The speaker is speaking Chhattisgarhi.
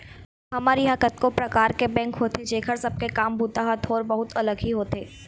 हमर इहाँ कतको परकार के बेंक होथे जेखर सब के काम बूता ह थोर बहुत अलग ही होथे